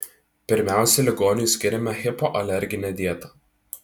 pirmiausia ligoniui skiriame hipoalerginę dietą